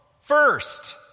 First